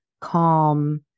calm